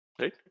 Right